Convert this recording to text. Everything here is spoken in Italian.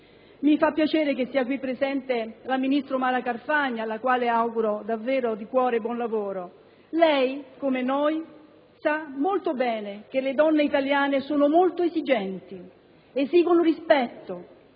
Mi fa piacere che sia qui presente il ministro Mara Carfagna, alla quale auguro davvero di cuore buon lavoro. Lei, come noi, sa molto bene che le donne italiane sono molto esigenti, esigono rispetto;